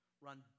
Run